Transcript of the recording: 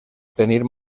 tenir